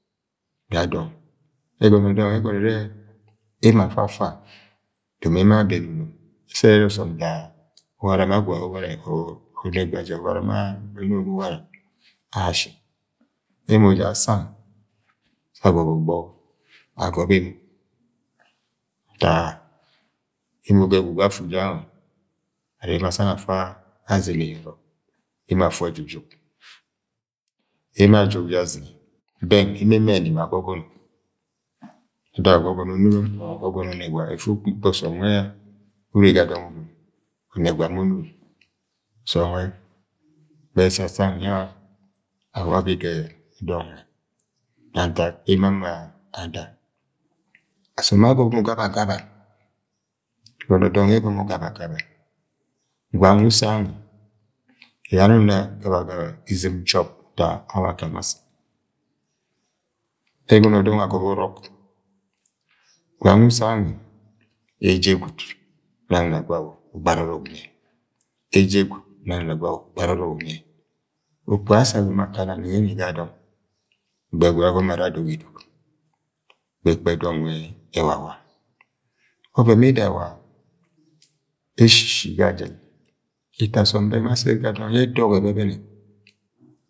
Ga dọng, ẹgọnọ dọng nẹ, ẹgọnọ enere emo afa-afa domo nẹ emo abẹni urom ẹsẹ ine ọsọm ja-a owara ma gwai uwuare or ọnẹgwa ja ga ọrọk ma onunom uwara ashi emo ja asang sẹ agọbe ọgbọ emo ntak emo ga ẹgwu gwu afu je gange are emo asang afa azimi ye ọrọk emo afu ẹjujuk emo ajuk je azine beng emo ẹmẹni ma agọgọnọ uda ugọgọnọ onurom or uda ugọgọnọ ọnẹ gwa ufu ukpikpe ọsọm ye ure ga dong urom ọnẹgwa ma onurom ọsom neue gbe esa sang ya agọbẹ agẹgẹi dong nwẹ ga ntak emo ama ada asöm ma agọmọ gaba gaba ẹgọnọ dọng ye ẹgọmọ gaba gaba, gwang usẹ anwe abani uma gaba gaba izim jọb uta abe aka ma ase ẹgọnọ dọng agọbe ọnọk, gwang wu se anwẹ eje gwud nang na gwe awọ ugbara ọrọk unyẹ okpuga yẹ asa agọmọ akana nonẹgẹ ni g dọng ẹgbẹgẹ guuid agọmọ ara adog idog ga ẹkpẹ dọng nwe ewa wa, ọven mbi da wa-a-eshishi ga jẹn eto asom beng ma asẹ ga dọng nẹ dogi ẹbẹbẹnẹ.